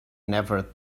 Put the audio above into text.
never